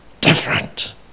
different